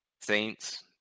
Saints